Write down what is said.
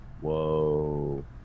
Whoa